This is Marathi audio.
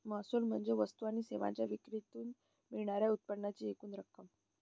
महसूल म्हणजे वस्तू आणि सेवांच्या विक्रीतून मिळणार्या उत्पन्नाची एकूण रक्कम